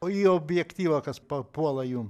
o į objektyvą kas papuola jum